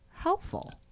helpful